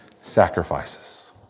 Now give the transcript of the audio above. sacrifices